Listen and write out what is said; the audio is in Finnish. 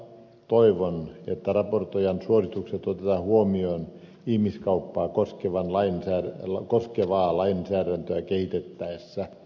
toivon että raportoijan suositukset otetaan huomioon ihmiskauppaa koskevaa lainsäädäntöä kehitettäessä